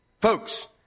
folks